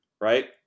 right